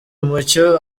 mucyo